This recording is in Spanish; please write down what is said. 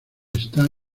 está